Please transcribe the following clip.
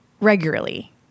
regularly